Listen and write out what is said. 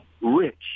rich